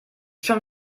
schon